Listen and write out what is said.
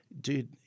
dude